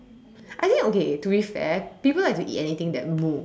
I mean okay to be fair people have to eating everything that moves